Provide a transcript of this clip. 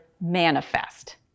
manifest